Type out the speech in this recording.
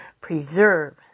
Preserve